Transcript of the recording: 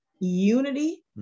unity